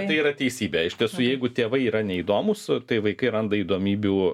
tai yra teisybė iš tiesų jeigu tėvai yra neįdomūs tai vaikai randa įdomybių